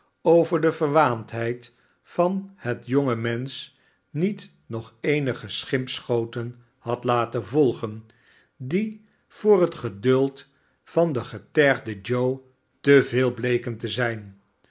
over de verwaandheid van het jonge mensch niet nog eenige schimpschoten had laten volgen die voor het geduld van den getergden joe te veel bleken te zijn